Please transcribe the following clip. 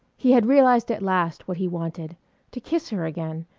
he had realized at last what he wanted to kiss her again,